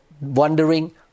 wondering